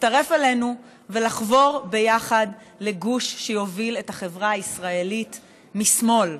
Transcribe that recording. להצטרף אלינו ולחבור יחד לגוש שיוביל את החברה הישראלית משמאל,